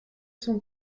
son